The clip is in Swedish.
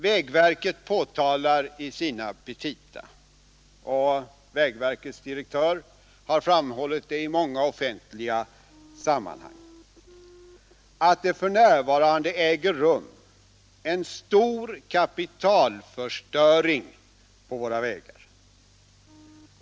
Vägverket påtalar i sina petita, och verkets generaldirektör har framhållit det i många offentliga sammanhang, att det för närvarande äger rum en stor kapitalförstöring på våra vägar.